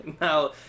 Now